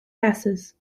gases